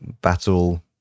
Battle